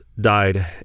died